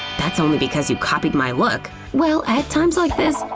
that's only because you copied my look. well at times like this,